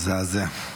מזעזע.